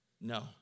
No